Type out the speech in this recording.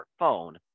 smartphone